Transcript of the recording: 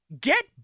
get